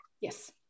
Yes